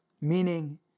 meaning